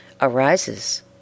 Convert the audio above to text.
arises